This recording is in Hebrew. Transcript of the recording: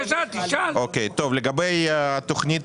גם מדובר במשרד